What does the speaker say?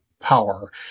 power